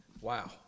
Wow